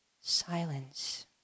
silence